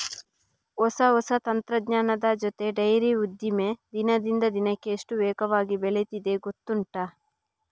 ಹೊಸ ಹೊಸ ತಂತ್ರಜ್ಞಾನದ ಜೊತೆ ಈ ಡೈರಿ ಉದ್ದಿಮೆ ದಿನದಿಂದ ದಿನಕ್ಕೆ ಎಷ್ಟು ವೇಗವಾಗಿ ಬೆಳೀತಿದೆ ಗೊತ್ತುಂಟಾ